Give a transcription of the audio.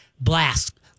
blast